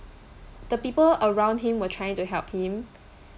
the people around him were trying to help him